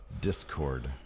Discord